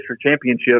championship